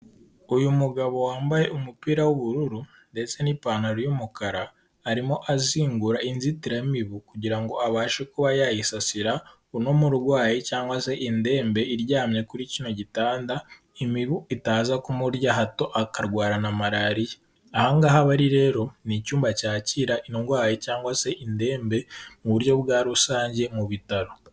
Uyu mugabo wambaye umupira w'ubururu ndetse n'ipantaro y'umukara arimo azingura inzitiramibu kugirango abashe kuba yayisasira uno murwaye cyangwa se indembe iryamye kuri kino gitanda, imibu itaza kumurya hato akarwawana na malariya. Ah angaha bari rero ni icyumba cyakira indwayi cyangwa se indembe mu buryo bwa rusange mu bitaro.